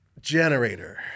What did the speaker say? generator